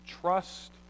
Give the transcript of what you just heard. trust